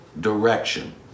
direction